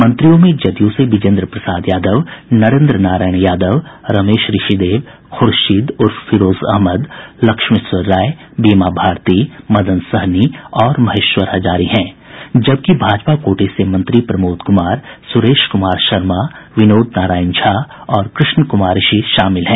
मंत्रियों में जदयू से बिजेंद्र प्रसाद यादव नरेंद्र नारायण यादव रमेश ऋषिदेव ख़र्शीद उर्फ फिरोज अहमद लक्ष्मेश्वर राय बीमा भारती मदन सहनी और महेश्वर हजारी हैं जबकि भाजपा कोटे से मंत्री प्रमोद कुमार सुरेश कुमार शर्मा विनोद नारायण झा और कृष्ण कुमार ऋषि शामिल हैं